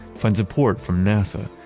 find support from nasa,